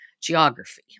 geography